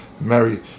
Mary